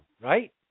Right